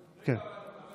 מה?